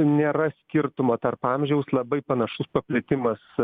nėra skirtumo tarp amžiaus labai panašus paplitimas